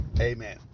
amen